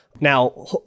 Now